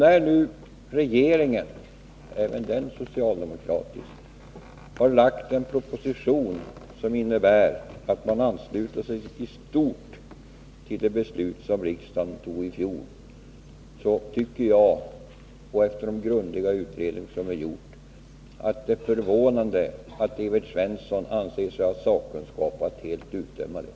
När nu regeringen, även den socialdemokratisk, har lagt en proposition, som innebär att man ansluter sig i stort till det beslut riksdagen fattade i fjol, tycker jag att det — efter den grundliga utredning som har gjorts — är förvånande att Evert Svensson anser sig ha sakkunskap att helt utdöma projektet.